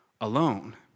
alone